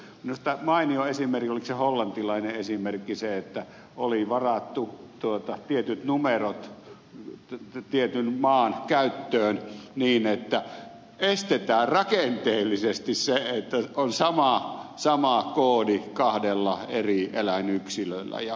minusta mainio oliko hollantilainen esimerkki oli se että oli varattu tietyt numerot tietyn maan käyttöön niin että estetään rakenteellisesti se että on sama koodi kahdella eri eläinyksilöllä